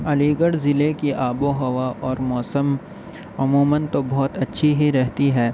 علی گڑھ ضلعے کی آب و ہوا اور موسم عموماً تو بہت اچھی ہی رہتی ہے